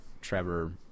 Trevor